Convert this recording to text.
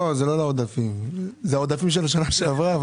לא, זה לא לעודפים, זה עודפים של השנה שעברה.